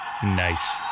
Nice